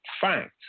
fact